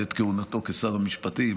בעת כהונתו כשר המשפטים.